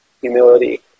humility